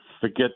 forget